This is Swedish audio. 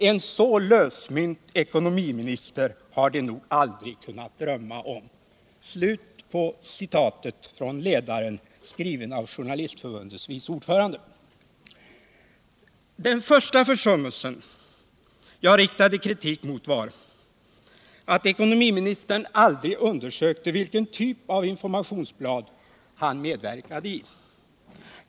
En så lösmynt ekonomiminister har de nog aldrig kunnat drömma om.” Så skrev alltså Journalistförbundets vice ordförande. Den första försummelsen jag riktade kritik mot var att ekonomiministern aldrig undersökte vilken typ av informationsblad han medverkade i.